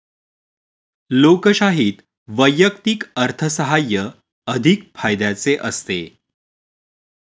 लोकशाहीत वैयक्तिक अर्थसाहाय्य अधिक फायद्याचे असते